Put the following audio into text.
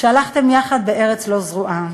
שהלכתם יחד בארץ לא זרועה,